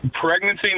Pregnancy